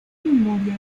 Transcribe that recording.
memoria